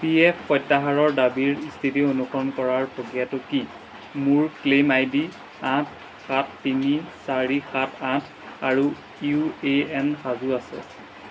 P F প্ৰত্যাহাৰৰ দাবীৰ স্থিতি অনুসৰণ কৰাৰ প্ৰক্ৰিয়াটো কি মোৰ ক্লেইম আই ডি আঠ সাত তিনি চাৰি সাত আঠ আৰু ইউ এ এন সাজু আছে